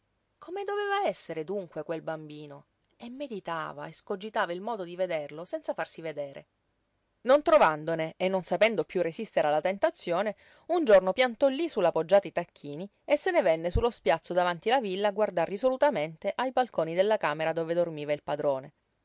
come doveva essere dunque quel bambino e meditava escogitava il modo di vederlo senza farsi vedere non trovandone e non sapendo piú resistere alla tentazione un giorno piantò lí su la poggiata i tacchini e se ne venne su lo spiazzo davanti la villa a guardar risolutamente ai balconi della camera dove dormiva il padrone